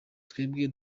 twebwe